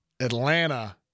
Atlanta